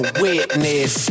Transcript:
witness